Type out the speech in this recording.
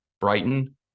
Brighton